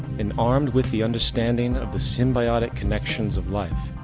and armed with the understanding of the symbiotic connections of life,